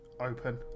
open